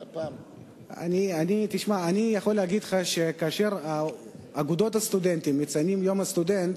אני יכול להגיד לך שכאשר אגודות הסטודנטים מציינות את יום הסטודנט,